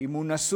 אם הוא נשוי,